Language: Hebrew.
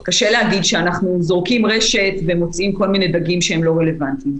אז קשה להגיד שאנחנו זורקים רשת ומוצאים כל מיני דגים שהם לא רלוונטיים.